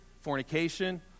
fornication